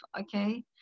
okay